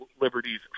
liberties